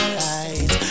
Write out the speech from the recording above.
right